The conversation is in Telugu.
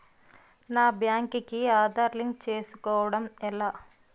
నా బ్యాంక్ కి ఆధార్ లింక్ చేసుకోవడం ఎలా?